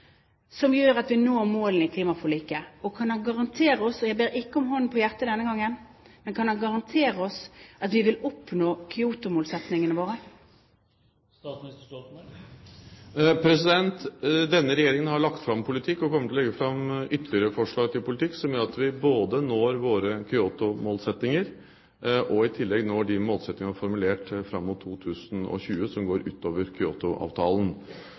som gjør at vi når målene i klimaforliket? Kan han garantere oss – jeg ber ikke om hånden på hjertet denne gangen – at vi vil oppnå Kyoto-målsettingene våre? Denne regjeringen har lagt fram en politikk, og kommer til å legge fram ytterligere forslag til en politikk som gjør at vi både når våre Kyoto-målsettinger og i tillegg når de målsettinger vi har formulert fram mot 2020, som går utover